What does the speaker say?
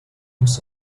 use